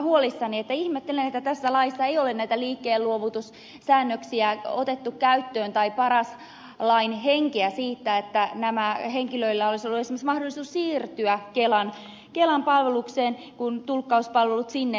ihmettelen että tässä laissa ei ole näitä liikkeenluovutussäännöksiä otettu käyttöön tai paras lain henkeä siinä että näillä henkilöillä olisi ollut mahdollisuus esimerkiksi siirtyä kelan palvelukseen kun tulkkauspalvelu siirtyy sinne